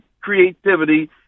creativity